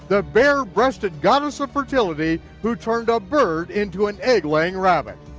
the bare-breasted goddess of fertility who turns a bird into an egg-laying rabbit.